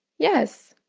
yes.